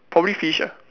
probably fish ah